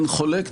שאין חולק,